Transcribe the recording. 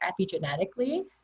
epigenetically